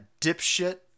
dipshit